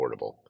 affordable